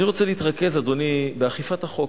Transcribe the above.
אני רוצה להתרכז, אדוני, באכיפת החוק,